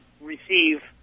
receive